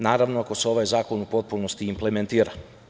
Naravno, ako se ovaj zakon u potpunosti implementira.